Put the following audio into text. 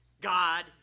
God